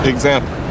Example